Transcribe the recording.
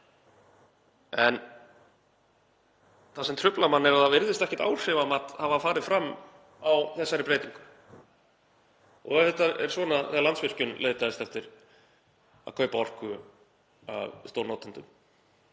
En það sem truflar mann er að það virðist ekkert áhrifamat hafa farið fram á þessari breytingu. Og ef þetta er svona þegar Landsvirkjun leitaðist eftir að kaupa orku af stórnotendum